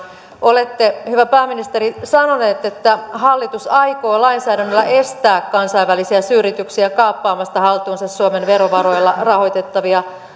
olette hyvä pääministeri sanonut että hallitus aikoo lainsäädännöllä estää kansainvälisiä suuryrityksiä kaappaamasta haltuunsa suomen verovaroilla rahoitettavia